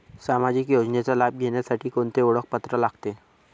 सामाजिक योजनेचा लाभ घेण्यासाठी कोणते ओळखपत्र लागते?